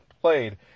played